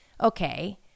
Okay